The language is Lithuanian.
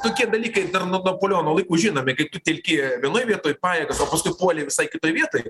tokie dalykai dar nuo napoleono laikų žinomi kai tu telki vienoj vietoj pajegas o paskui puoli visai kitoj vietoj